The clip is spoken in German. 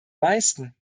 meisten